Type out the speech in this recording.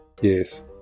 yes